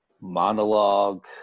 monologue